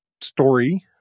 story